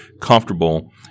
comfortable